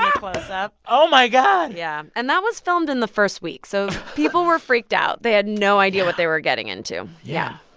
um close-up oh, my god yeah. and that was filmed in the first week so people were freaked out. they had no idea what they were getting into. yeah